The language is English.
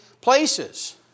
places